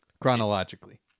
chronologically